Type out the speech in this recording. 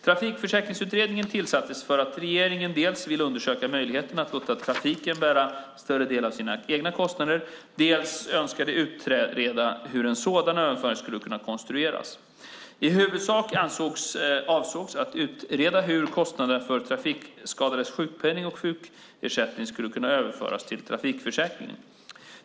Trafikförsäkringsutredningen tillsattes för att regeringen dels ville undersöka möjligheten att låta trafiken bära större delen av sina egna kostnader, dels önskade utreda hur en sådan överföring skulle kunna konstrueras. I huvudsak avsågs att utreda hur kostnaderna för trafikskadades sjukpenning och sjukersättning skulle kunna överföras till trafikförsäkringen.